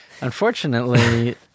Unfortunately